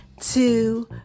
two